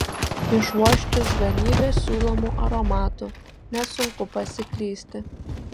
išuosčius galybę siūlomų aromatų nesunku pasiklysti